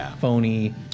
phony